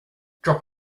drop